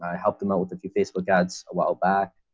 i helped him out with a few facebook ads a while back.